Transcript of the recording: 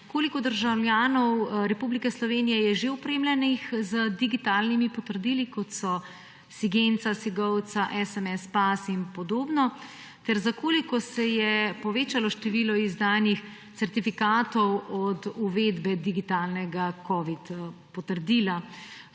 Koliko državljanov Republike Slovenije je že opremljenih z digitalnimi potrdili, kot so SIGEN-CA, SIGOV-CA, smsPASS in podobno? Za koliko se je povečalo število izdanih certifikatov od uvedbe digitalnega covid potrdila?